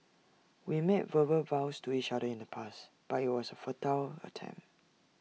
we made verbal vows to each other in the past but IT was A futile attempt